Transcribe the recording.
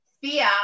fear